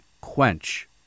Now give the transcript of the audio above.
quench